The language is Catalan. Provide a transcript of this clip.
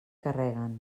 carreguen